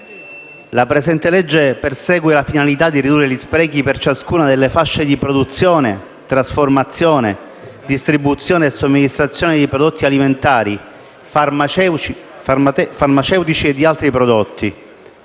«La presente legge persegue la finalità di ridurre gli sprechi per ciascuna delle fasi di produzione, trasformazione, distribuzione e somministrazione di prodotti alimentari, farmaceutici e di altri prodotti».